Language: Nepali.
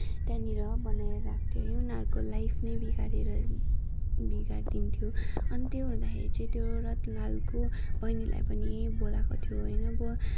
त्यहाँनिर बनाएर राख्थ्यो है उनीहरूको लाइफ नै बिगारेर बिगारदिन्थ्यो अनि त्यो हुँदाखेरि चाहिँ त्यो रतनलालको बहिनीलाई पनि बोलाएको थियो होइन अब